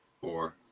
Four